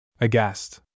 Aghast